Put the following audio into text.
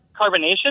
carbonation